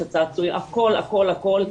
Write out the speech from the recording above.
את הצעצועים הכלה כל,